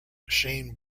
shane